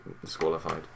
disqualified